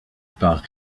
par